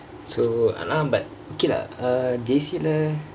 so ஆனா:aanaa but okay lah err J_C